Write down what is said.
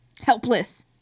Helpless